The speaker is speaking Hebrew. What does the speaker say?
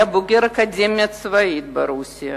היה בוגר האקדמיה הצבאית ברוסיה